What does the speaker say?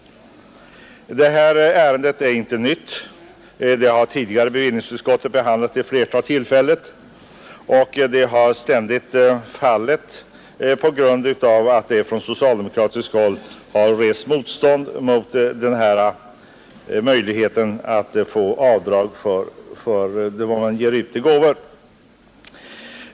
Det här ärendet är inte nytt. Bevillningsutskottet har tidigare behandlat frågan vid ett flertal tillfällen, och motionskravet har ständigt fallit på grund av att det från socialdemokratiskt håll har rests motstånd mot denna möjlighet att få avdrag för vad man ger ut i gåvor.